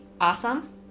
awesome